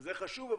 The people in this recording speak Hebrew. זה חשוב,